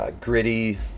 gritty